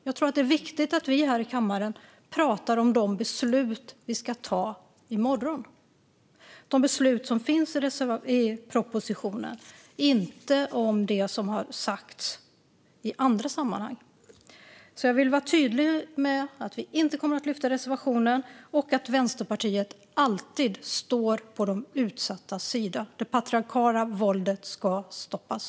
Jag tror att det är viktigt att vi här i kammaren talar om de beslut vi ska ta i morgon, de beslut som finns i propositionen, inte om det som har sagts i andra sammanhang. Jag vill vara tydlig med att vi inte kommer att lyfta reservationen och att Vänsterpartiet alltid står på de utsattas sida. Det patriarkala våldet ska stoppas.